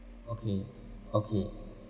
okay okay